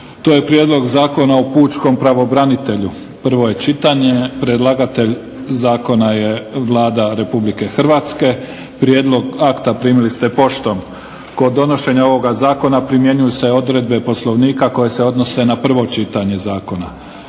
To je - Prijedlog Zakona o pučkom pravobranitelju, prvo čitanje, P.Z. broj 833 Predlagatelj zakona je Vlada Republike Hrvatske. Prijedlog akta primili ste poštom. Kod donošenja ovog zakona primjenjuju se odredbe POslovnika koje se odnose na prvo čitanje zakona.